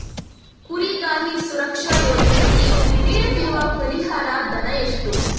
ಕುರಿಗಾಹಿ ಸುರಕ್ಷಾ ಯೋಜನೆಯಡಿ ನೀಡುತ್ತಿರುವ ಪರಿಹಾರ ಧನ ಎಷ್ಟು?